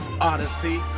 Odyssey